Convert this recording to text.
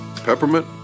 peppermint